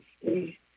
see